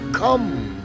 come